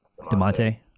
DeMonte